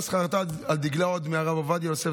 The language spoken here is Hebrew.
ש"ס חרתה על דגלה עוד מהרב עובדיה יוסף,